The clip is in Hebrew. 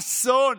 זה אסון.